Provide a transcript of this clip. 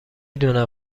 دونم